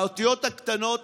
באותיות הקטנות